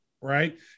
right